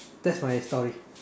that's my story